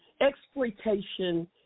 exploitation